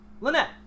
Lynette